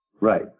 Right